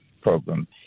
program